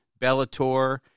Bellator